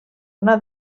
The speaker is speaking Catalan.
una